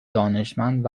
دانشمند